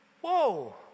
Whoa